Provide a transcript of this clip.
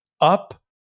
Up